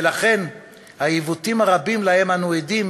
ולכן העיוותים הרבים שלהם אנו עדים